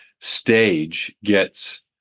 stage—gets